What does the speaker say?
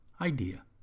idea